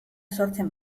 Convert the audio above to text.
sortzen